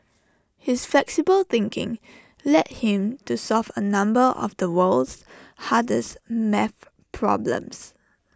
his flexible thinking led him to solve A number of the world's hardest math problems